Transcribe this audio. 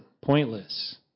pointless